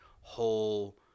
whole